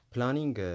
Planning